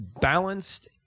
balanced